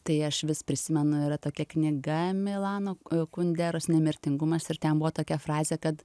tai aš vis prisimenu yra tokia knyga milano kunderos nemirtingumas ir ten buvo tokia frazė kad